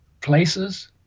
places